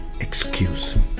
excuse